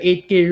8k